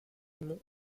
mont